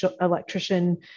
electrician